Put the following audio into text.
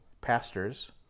pastors